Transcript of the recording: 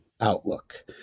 outlook